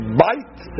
bite